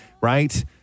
Right